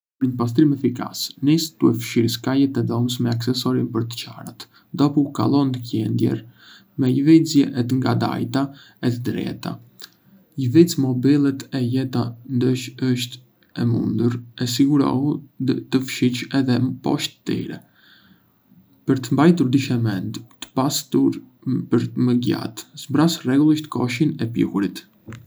Për një pastrim efikas, Nisë të fshirë skajet e dhomës me aksesorin për të çarat, dhopu kalo ndë qendër me lëvizje të ngadalta e të drejta. Lëviz mobiliet e lehta ndëse është e mundur e sigurohu të fshish edhé poshtë tyre. Për të mbajtur dyshemendë të pastër për më gjatë, zbraz rregullisht koshin e pluhurit.